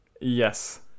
Yes